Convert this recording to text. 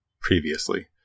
previously